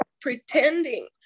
pretending